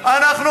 אנחנו,